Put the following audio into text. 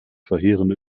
verheerende